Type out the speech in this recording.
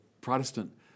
Protestant